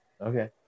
okay